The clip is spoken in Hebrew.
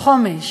חומש